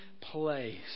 place